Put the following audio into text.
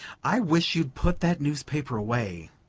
i wish you'd put that newspaper away,